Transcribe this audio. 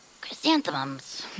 Chrysanthemums